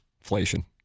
Inflation